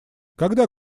когда